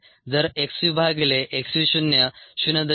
जर x v भागिले x v शून्य 0